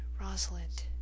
Rosalind